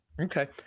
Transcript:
Okay